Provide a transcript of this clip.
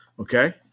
Okay